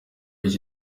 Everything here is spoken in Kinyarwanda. iki